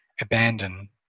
abandon